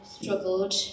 struggled